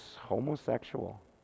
homosexual